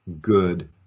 good